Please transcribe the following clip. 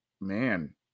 man